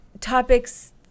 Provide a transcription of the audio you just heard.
topics